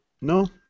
No